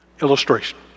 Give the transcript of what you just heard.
illustration